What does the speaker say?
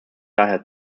daher